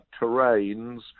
terrains